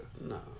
No